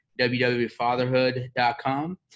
www.fatherhood.com